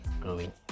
growing